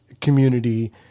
community